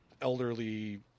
elderly